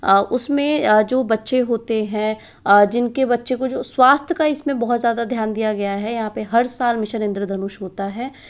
उसमें जो बच्चे होतें हैं जिनके बच्चों को जो स्वास्थ्य का इसमें बहुत ज़्यादा ध्यान दिया गया है यहाँ पे हर साल मिशन इंद्रधनुष होता है